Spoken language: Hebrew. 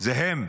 זה הם,